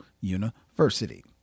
University